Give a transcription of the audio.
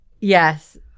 Yes